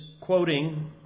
quoting